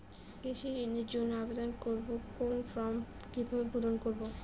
কৃষি ঋণের জন্য আবেদন করব কোন ফর্ম কিভাবে পূরণ করব?